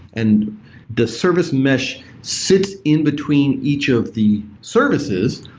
and the service mesh sits in between each of the services,